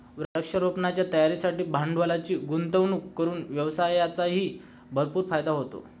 वृक्षारोपणाच्या तयारीसाठी भांडवलाची गुंतवणूक करून व्यवसायाचाही भरपूर फायदा होतो